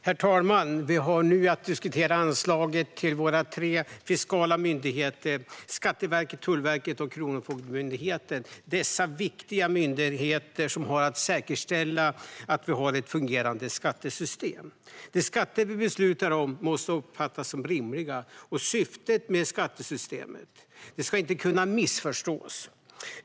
Herr talman! Vi har nu att diskutera anslaget till våra tre fiskala myndigheter: Skatteverket, Tullverket och Kronofogdemyndigheten. Dessa viktiga myndigheter ska säkerställa att vi har ett fungerande skattesystem. De skatter vi beslutar om måste uppfattas som rimliga, och syftet med skattesystemet ska inte kunna missförstås.